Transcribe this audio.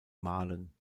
malen